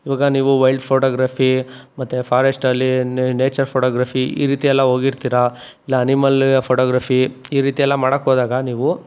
ಇವಾಗ ನೀವು wild photography ಮತ್ತು ಫಾರೆಸ್ಟಲ್ಲಿ ನೇಚರ್ ಫೋಟೋಗ್ರಫಿ ಈ ರೀತಿ ಎಲ್ಲ ಹೋಗಿರ್ತೀರ ಇಲ್ಲ ಅನಿಮಲ್ ಫೋಟೋಗ್ರಫಿ ಈ ರೀತಿ ಎಲ್ಲ ಮಾಡಕ್ಕೆ ಹೋದಾಗ ನೀವು